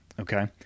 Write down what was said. Okay